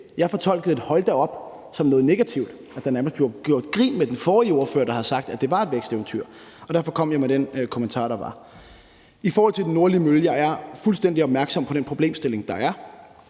Jeg fortolkede et »hold da op« som noget negativt, og som at der nærmest blev gjort grin med den forrige ordfører, der havde sagt, at det var et væksteventyr, og derfor kom jeg med den kommentar, der var. I forhold til den nordlige mølle er jeg fuldstændig opmærksom på den problemstilling, der er.